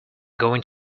going